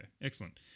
excellent